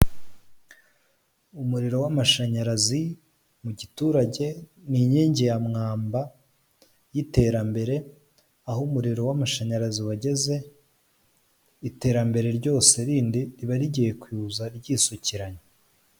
Umuriro w'amashanyarazi mu giturage, ni inkingi ya mwamba y'iterambere. Aho umuriro w'amashanyarazi wageze, iterambere ryose rindi riba rigiye kuza ryisukiranya.